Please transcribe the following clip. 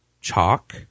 Chalk